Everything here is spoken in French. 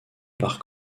par